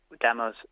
demos